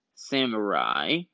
Samurai